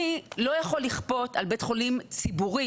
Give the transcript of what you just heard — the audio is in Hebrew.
אני לא יכול לכפות על בית חולים ציבורי